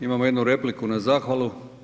Imamo jednu repliku na zahvalu.